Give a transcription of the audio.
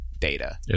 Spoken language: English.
data